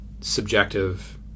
subjective